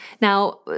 Now